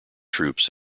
troops